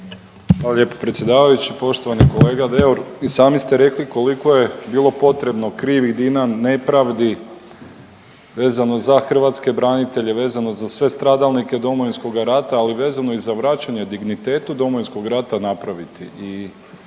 Hvala lijepo predsjedavajući. Poštovani kolega Deur i sami ste rekli koliko je bilo potrebno krivih … /ne razumije se/ …nepravdi vezano za hrvatske branitelje, vezano za sve stradalnike Domovinskoga rata, ali vezano i za vraćanje dignitetu Domovinskog rata napraviti.